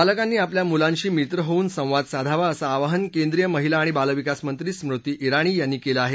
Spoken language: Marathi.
पालकांनी आपल्या मुलांशी मित्र होऊन संवाद साधावा असं आवाहन केंद्रीय महिला आणि बाल विकास मंत्री स्मृती जिणी यांनी केलं आहे